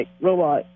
robot